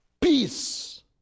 Peace